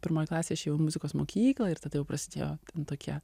pirmoj klasėj aš ėjau į muzikos mokyklą ir tada jau prasidėjo tokie